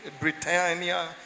Britannia